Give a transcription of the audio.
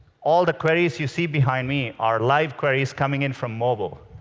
all the queries you see behind me are live queries coming in from mobile.